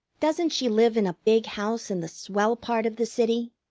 doesn't she live in a big house in the swell part of the city?